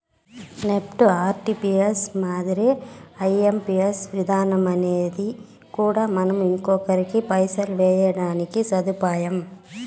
NEFT, RTGS మాదిరే IMPS విధానమనేది కూడా మనం ఇంకొకరికి పైసలు వేయడానికి సదుపాయం